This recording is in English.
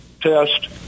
test